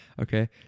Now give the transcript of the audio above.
Okay